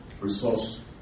resource